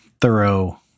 thorough